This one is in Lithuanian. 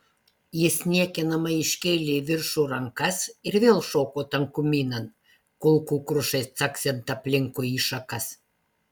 jis niekinamai iškėlė į viršų rankas ir vėl šoko tankumynan kulkų krušai caksint aplinkui į šakas